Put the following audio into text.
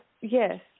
yes